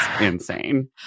insane